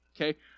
Okay